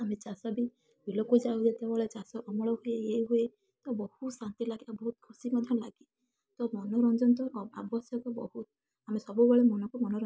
ଆମେ ଚାଷ ବି ଲୋକ ଚାହୁଁ ଯେତେବେଳେ ଚାଷ ଅମଳ ହୁଏ ଇଏ ହୁଏ ତ ବହୁତ ଶାନ୍ତି ଲାଗେ ଆଉ ବହୁତ ଖୁସି ମଧ୍ୟ ଲାଗେ ତ ମନୋରଞ୍ଜନ ତ ଆବଶ୍ୟକ ବହୁତ ଆମେ ସବୁବେଳେ ମନକୁ ମନୋରଞ୍ଜନ୍